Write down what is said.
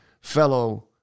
fellow